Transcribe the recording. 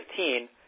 2015